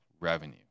revenue